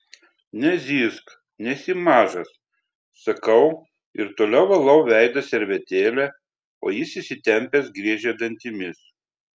nezyzk nesi mažas sakau ir toliau valau veidą servetėle o jis įsitempęs griežia dantimis